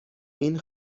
این